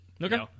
Okay